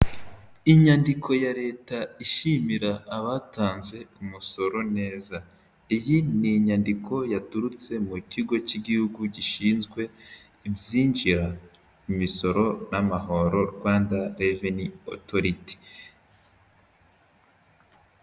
Inyandiko ya leta ishimira abatanze umusoro neza, iyi ni inyandiko yaturutse mu kigo cy'igihugu gishinzwe ibyinjira imisoro n'amahoro Rwanda reveni otoriti.